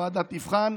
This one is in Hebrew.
הוועדה תבחן,